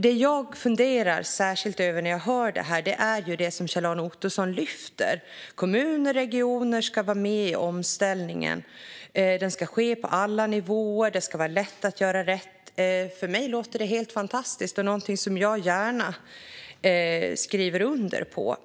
Det jag funderar särskilt över när jag hör det här är det som Kjell-Arne Ottosson lyfter. Kommuner och regioner ska vara med i omställningen, den ska ske på alla nivåer och det ska vara lätt att göra rätt. För mig låter det helt fantastiskt och som någonting som jag gärna skriver under på.